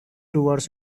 toward